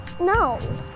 No